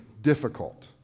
difficult